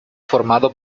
formado